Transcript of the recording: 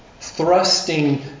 thrusting